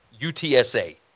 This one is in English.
UTSA